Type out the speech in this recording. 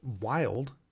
wild